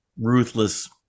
ruthless